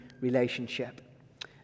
relationship